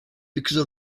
because